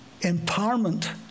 empowerment